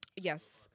Yes